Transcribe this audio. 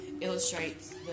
illustrates